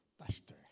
pastor